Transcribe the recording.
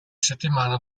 settimana